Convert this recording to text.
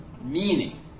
meaning